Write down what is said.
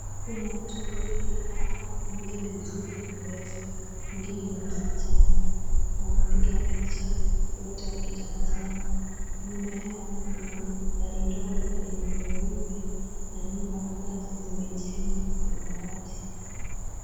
Kuna watu wawili hapa, mmoja ni mzungu na ni mrefu mwingine ni msichana wanapiga picha wote wakitabasamu. Nyuma yao kuna gari ndogo yenye ni nyeupe na nyumba ambazo zimejengwa na mabati.